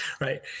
right